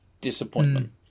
Disappointment